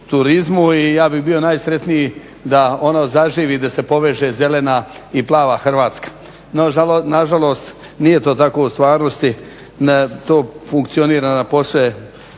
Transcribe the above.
i ja bih bio najsretniji da ono zaživi, da se poveže zelena i plava Hrvatska. Nažalost nije to tako u stvarnosti, to funkcionira na posve